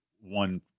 one